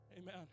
Amen